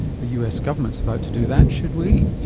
the us government's about to do that. should we?